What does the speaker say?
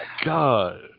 God